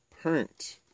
print